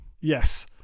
yes